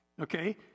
okay